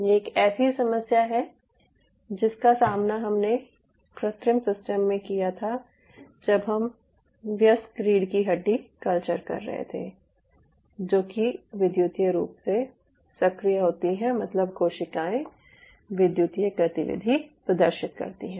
ये एक ऐसी समस्या है जिसका सामना हमने कृत्रिम सिस्टम में किया था जब हम वयस्क रीढ़ की हड्डी कल्चर कर रहे थे जो कि विद्युतीय रूप से सक्रिय होती हैं मतलब कोशिकाएं विद्युतीय गतिविधि प्रदर्शित करती हैं